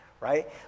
right